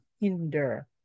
hinder